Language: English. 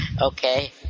Okay